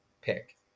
pick